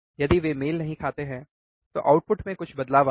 यदि वे मेल नहीं खाते हैं तो आउटपुट में कुछ बदलाव आएगा